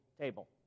table